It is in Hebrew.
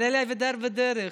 אבל אלי אבידר בדרך.